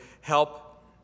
help